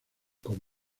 con